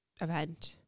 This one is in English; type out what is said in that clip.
event